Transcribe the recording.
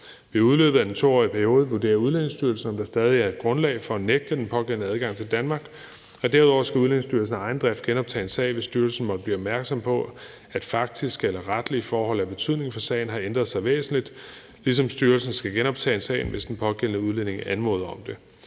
Ved udløbet af den 2-årige periode vurderer Udlændingestyrelsen, om der stadig er et grundlag for at nægte den pågældende adgang til Danmark, og derudover skal Udlændingestyrelsen af egen drift genoptage en sag, hvis styrelsen måtte blive opmærksom på, at faktiske eller retlige forhold af betydning for sagen har ændret sig væsentligt, ligesom styrelsen skal genoptage en sag, hvis den pågældende udlænding anmoder om det.